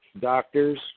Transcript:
doctors